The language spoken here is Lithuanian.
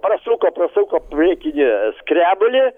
prasuko prasuko priekinį skrebulį